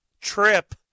trip